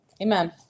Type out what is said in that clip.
amen